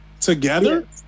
Together